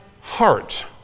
heart